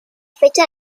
fecha